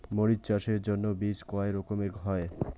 মরিচ চাষের জন্য বীজ কয় রকমের হয়?